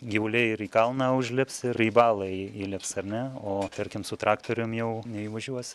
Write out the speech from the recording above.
gyvuliai ir į kalną užlips ir į balą į įlips ar ne o tarkim su traktorium jau neįvažiuosi